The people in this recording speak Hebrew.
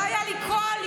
לא היה לי קול,